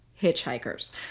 hitchhikers